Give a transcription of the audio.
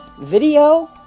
video